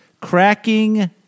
Cracking